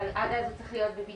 אבל עד אז הוא צריך להיות בבידוד.